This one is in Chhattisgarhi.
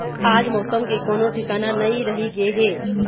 आज मउसम के कोनो ठिकाना नइ रहि गे हे